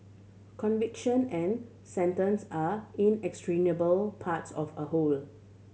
conviction and sentence are inextricable parts of a whole